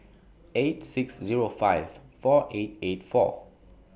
eight six Zero five four eight eight four